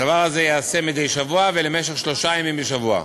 הדבר הזה ייעשה מדי שבוע ולמשך שלושה ימים בשבוע,